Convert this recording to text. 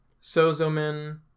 Sozomen